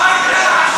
לכם.